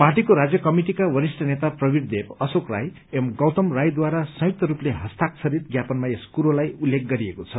पार्टीको राज्य कमिटिका वरिष्ट नेता प्रवीद देव अशोक राय एवं गौतम रायद्वारा संयुक्त रूपले हस्ताक्षरित ज्ञापनमा यस कुरोलाई उल्लेख गरिएको छ